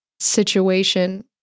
situation